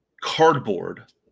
cardboard